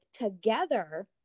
together